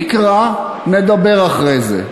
תקרא, נדבר אחרי זה.